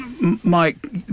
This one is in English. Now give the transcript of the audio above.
Mike